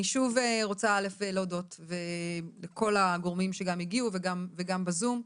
אני שוב רוצה להודות לכל הגורמים שהגיעו וגם בזום,